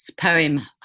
poem